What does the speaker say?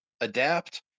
adapt